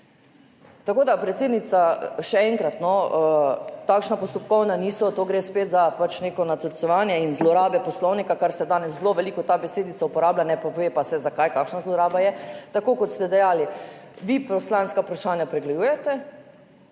Tako da, predsednica, še enkrat, no, takšna postopkovna niso. To gre spet za neko natolcevanje in zlorabe poslovnika, kar se danes zelo veliko, ta besedica, uporablja, ne pove pa se zakaj, kakšna zloraba je. Tako kot ste dejali, vi poslanska vprašanja pregledujete